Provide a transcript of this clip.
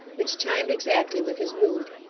which chimed exactly with his mood.